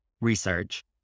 research